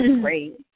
great